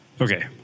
Okay